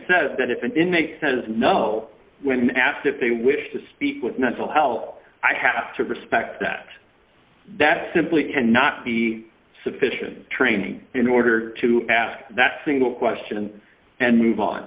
says that if an inmate says no when asked if they wish to speak with mental help i have to respect that that simply cannot be sufficient training in order to ask that single question and move on